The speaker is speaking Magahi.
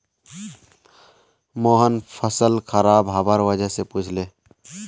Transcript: मोहन फसल खराब हबार वजह पुछले